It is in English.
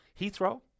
Heathrow